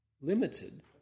limited